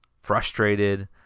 frustrated